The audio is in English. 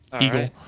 Eagle